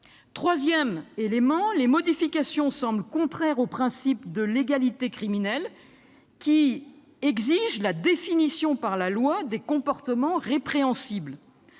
Troisième constat, les modifications semblent contraires au principe de légalité criminelle, qui exige la définition par la loi des comportements répréhensibles.